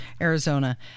Arizona